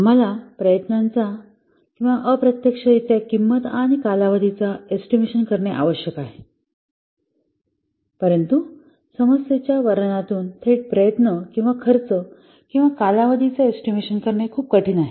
आम्हाला प्रयत्नांचा किंवा अप्रत्यक्ष रित्या किंमत आणि कालावधीचा एस्टिमेशन करणे आवश्यक आहे परंतु समस्ये च्या वर्णना तून थेट प्रयत्न किंवा खर्च किंवा कालावधीचा एस्टिमेशन करणे खूप कठीण आहे